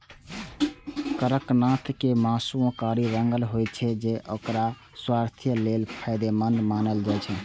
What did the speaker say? कड़कनाथ के मासुओ कारी रंगक होइ छै आ एकरा स्वास्थ्यक लेल फायदेमंद मानल जाइ छै